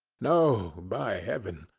no, by heaven!